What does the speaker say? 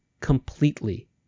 completely